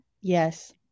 yes